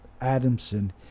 Adamson